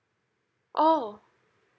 oh